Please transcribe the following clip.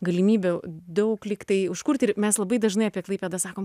galimybių daug lyg tai užkurti ir mes labai dažnai apie klaipėdą sakom